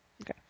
Okay